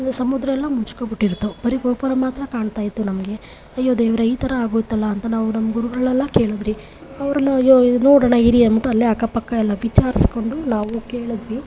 ಸಮುದ್ರ ಎಲ್ಲ ಮುಚ್ಕೊಂಡ್ಬಿಟ್ಟಿರ್ತವು ಬರೀ ಗೋಪುರ ಮಾತ್ರ ಕಾಣ್ತಾಯಿತ್ತು ನಮಗೆ ಅಯ್ಯೋ ದೇವರೇ ಈ ಥರ ಆಗೋಯ್ತಲ್ಲ ಅಂತ ನಾವು ನಮ್ಮ ಗುರುಗಳನ್ನೆಲ್ಲ ಕೇಳಿದ್ವಿ ಅವರೂನು ಅಯ್ಯೋ ನೋಡೋಣ ಇರಿ ಅಂದ್ಬಿಟ್ಟು ಅಲ್ಲೇ ಅಕ್ಕಪಕ್ಕ ಎಲ್ಲ ವಿಚಾರಿಸ್ಕೊಂಡು ನಾವು ಕೇಳಿದ್ವಿ